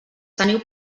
teniu